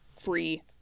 Free